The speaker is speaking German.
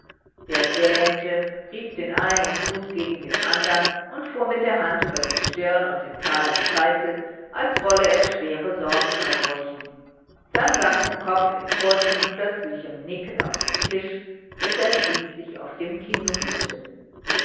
der gähnte rieb den einen fuß gegen den andern und fuhr mit der hand über die stirn und den kahlen scheitel als wolle er schwere sorgen verscheuchen dann sank der kopf in kurzem plötzlichem nicken auf den tisch bis er schließlich auf dem kinn ruhte